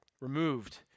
removed